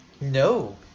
No